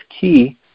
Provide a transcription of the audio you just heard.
key